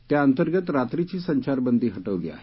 त्याअंतर्गत रात्रीची संचारबंदी हटवली आहे